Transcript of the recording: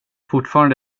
fortfarande